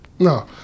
no